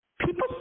people